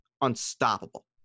unstoppable